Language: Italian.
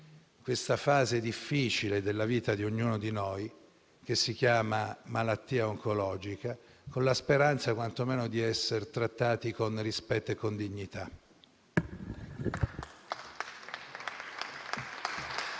una fase difficile della vita di ognuno di noi che si chiama malattia oncologica, con la speranza, quantomeno, di essere trattati con rispetto e dignità.